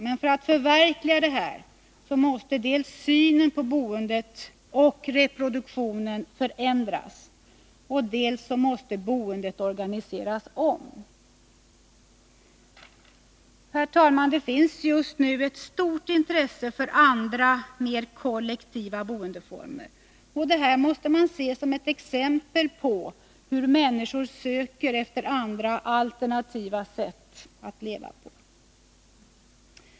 Men för att detta skall förverkligas måste dels synen på boendet och reproduktionen förändras, dels boendet organiseras om. Herr talman! Det finns just nu ett stort intresse för andra, mer kollektiva boendeformer. Detta måste ses som ett exempel på hur människor söker efter alternativa sätt att leva på.